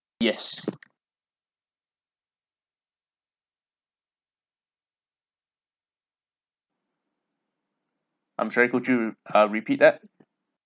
yes I'm sorry could you uh repeat that